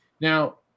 Now